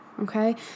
okay